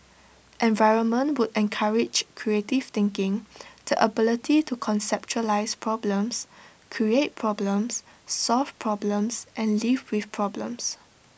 environment would encourage creative thinking the ability to conceptualise problems create problems solve problems and live with problems